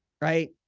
right